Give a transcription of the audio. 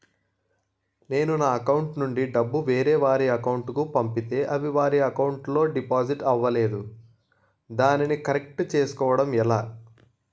నేను నా అకౌంట్ నుండి డబ్బు వేరే వారి అకౌంట్ కు పంపితే అవి వారి అకౌంట్ లొ డిపాజిట్ అవలేదు దానిని కరెక్ట్ చేసుకోవడం ఎలా?